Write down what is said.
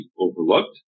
overlooked